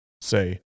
say